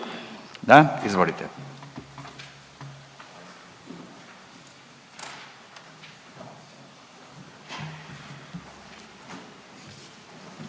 Da. Izvolite.